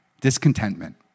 discontentment